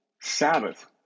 Sabbath